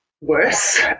worse